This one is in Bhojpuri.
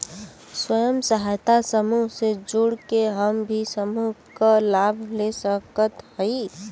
स्वयं सहायता समूह से जुड़ के हम भी समूह क लाभ ले सकत हई?